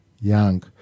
Young